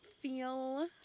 feel